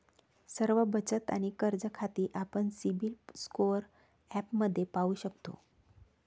सर्व बचत आणि कर्ज खाती आपण सिबिल स्कोअर ॲपमध्ये पाहू शकतो